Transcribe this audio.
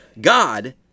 God